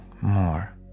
more